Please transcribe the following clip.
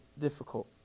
difficult